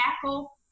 tackle